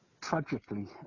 tragically